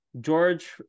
George